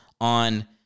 on